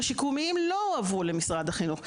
השיקומיים לא הועברו למשרד החינוך.